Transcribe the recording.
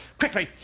quickly!